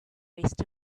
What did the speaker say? rest